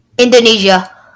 Indonesia